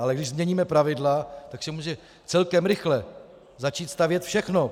Ale když změníme pravidla, tak se může celkem rychle začít stavět všechno.